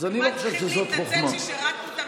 אנחנו ממש צריכים להתנצל ששירתנו את המדינה.